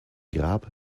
grab